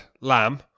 lamb